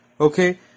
okay